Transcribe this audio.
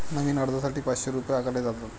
नवीन अर्जासाठी पाचशे रुपये आकारले जातात